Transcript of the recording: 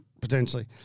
Potentially